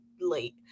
late